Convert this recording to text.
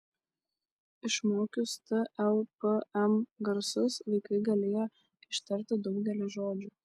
išmokius t l p m garsus vaikai galėjo ištarti daugelį žodžių